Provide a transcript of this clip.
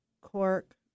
cork